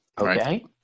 Okay